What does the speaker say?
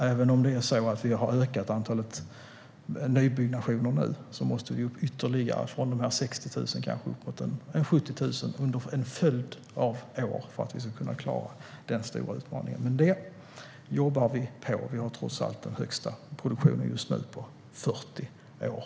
Även om vi har ökat antalet nybyggnationer måste vi upp ytterligare, från 60 000 upp mot en 70 000, under en följd av år för att klara den stora utmaningen. Men det jobbar vi på. Just nu har vi trots allt den högsta produktionen på 40 år.